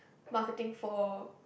marketing for